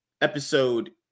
episode